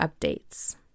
updates